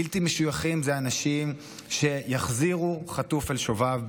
בלתי משויכים הם אנשים שיחזירו חטוף אל שוביו,